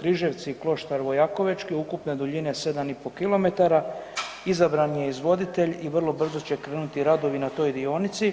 Križevci-Kloštar Vojakovečki ukupne duljine 7,5 km, izabran je izvoditelj i vrlo brzo će krenuti radovi na toj dionici.